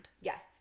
Yes